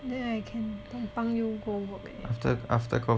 then I can tompang you go work leh